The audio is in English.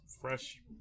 fresh